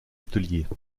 ateliers